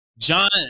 John